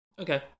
Okay